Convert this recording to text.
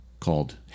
called